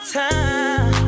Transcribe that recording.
time